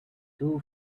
two